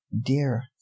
dear